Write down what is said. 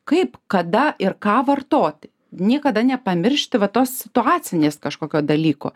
kaip kada ir ką vartoti niekada nepamiršti va tos situacinės kažkokio dalyko